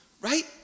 right